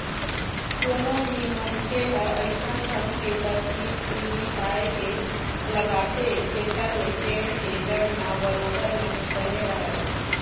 कोनो भी मनखे ह अइसन ढंग के तरकीब उही पाय के लगाथे जेखर ले पेड़ के जड़ म बरोबर नमी बने रहय